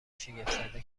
شگفتزده